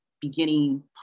beginning